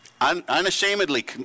unashamedly